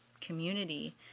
community